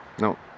No